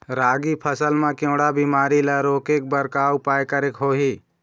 रागी फसल मा केवड़ा बीमारी ला रोके बर का उपाय करेक होही?